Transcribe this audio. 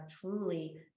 truly